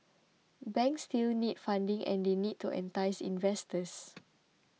banks still need funding and they need to entice investors